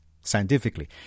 scientifically